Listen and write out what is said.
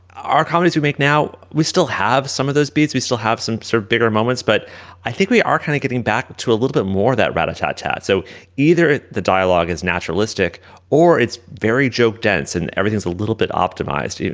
our comments to make now. we still have some of those beats we still have some sort of bigger moments but i think we are kind of getting back to a little bit more that rat a tat tat. so either the dialogue is naturalistic or it's very joke dance and everything is a little bit optimized.